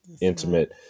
intimate